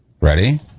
Ready